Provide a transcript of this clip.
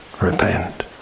repent